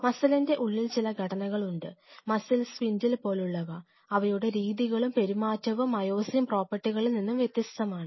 മസിലിൻറെ ഉള്ളിൽ ചില ഘടനകൾ ഉണ്ട് മസിൽ സ്പിൻഡിൽ പോലുള്ളവ അവയുടെ രീതികളും പെരുമാറ്റവും മയോസിൻ പ്രോപ്പർട്ടികളിൽ നിന്നും വ്യത്യസ്തമാണ്